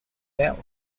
dell